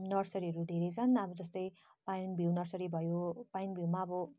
नर्सरीहरू धेरै छन् अब जस्तै पाइन भ्यू नर्सरीमा भयो पाइन भ्यूमा अब